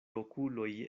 okuloj